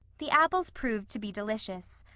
the apples proved to be delicious.